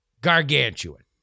gargantuan